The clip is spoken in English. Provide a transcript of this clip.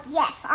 yes